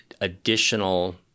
additional